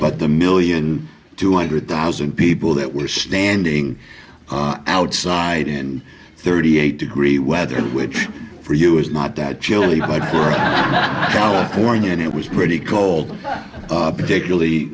but the million two hundred thousand people that were standing outside in thirty eight degree weather which for you is not that chilly but her fellow horny and it was pretty cold particularly